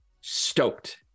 stoked